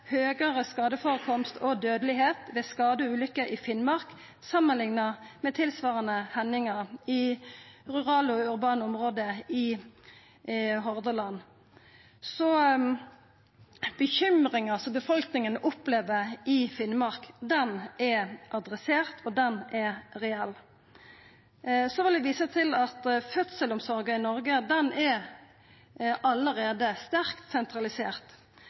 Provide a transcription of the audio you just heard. høgare skadeførekomst og dødelegheit ved skadeulykker i Finnmark samanlikna med liknande hendingar i rurale og urbane område i Hordaland. Så bekymringa som folk opplever i Finnmark, er adressert og reell. Så vil eg visa til at fødselsomsorga i Noreg allereie er sterkt sentralisert.